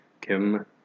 Kim